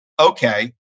okay